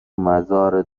مزارت